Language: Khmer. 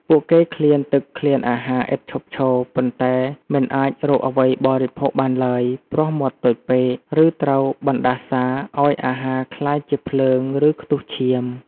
ពួកគេឃ្លានទឹកឃ្លានអាហារឥតឈប់ឈរ ប៉ុន្តែមិនអាចរកអ្វីបរិភោគបានឡើយ ព្រោះមាត់តូចពេក ឬត្រូវបណ្តាសាឲ្យអាហារក្លាយជាភ្លើង ឬខ្ទុះឈាម។